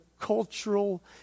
cultural